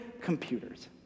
computers